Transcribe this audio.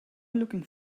looking